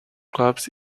clubs